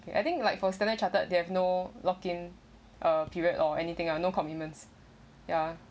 kay~ I think like for standard chartered they have no lock in uh period or anything lah no commitments ya